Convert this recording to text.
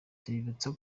tubibutse